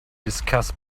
discuss